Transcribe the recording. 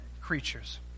creatures